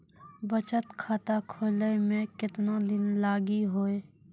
बचत खाता खोले मे केतना दिन लागि हो?